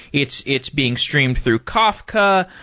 it's it's being streamed through kafka,